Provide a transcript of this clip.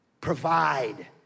Provide